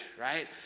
right